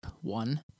one